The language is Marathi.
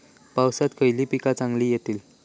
पावसात खयली पीका चांगली येतली?